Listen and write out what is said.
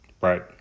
Right